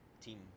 team